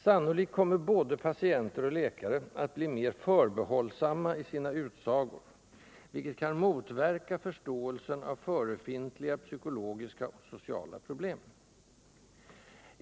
Sannolikt kommer både patienter och läkare att bli mera förbehållsamma i sina utsagor, vilket kan motverka förståelsen av förefintliga psykologiska och sociala problem.